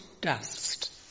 dust